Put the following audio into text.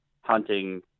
hunting